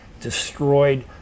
destroyed